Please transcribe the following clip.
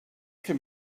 can